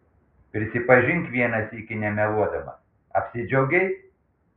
prisipažink vieną sykį nemeluodamas apsidžiaugei